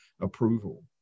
approval